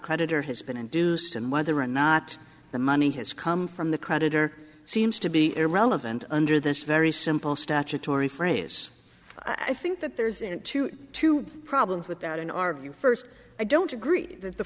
creditor has been induced and whether or not the money has come from the creditor seems to be irrelevant under this very simple statutory phrase i think that there's two two problems with that in our view first i don't agree that the